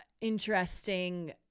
interesting